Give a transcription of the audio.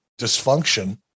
dysfunction